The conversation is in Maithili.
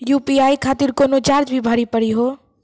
यु.पी.आई खातिर कोनो चार्ज भी भरी पड़ी हो?